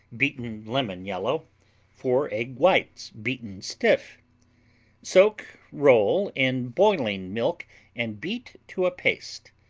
beaten lemon-yellow four egg whites, beaten stiff soak roll in boiling milk and beat to a paste.